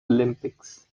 olympics